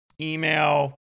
email